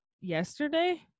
Yesterday